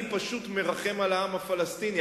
אני פשוט מרחם על העם הפלסטיני,